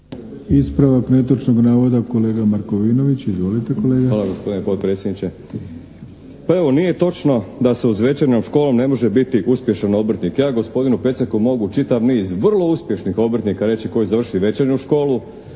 kolega. **Markovinović, Krunoslav (HDZ)** Hvala gospodine potpredsjedniče. Pa evo nije točno da se uz večernjom školom ne može biti uspješan obrtnik. Ja gospodinu Peceku mogu čitav niz vrlo uspješnih obrtnika reći koji su završili večernju školu,